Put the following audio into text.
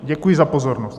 Děkuji za pozornost.